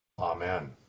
Amen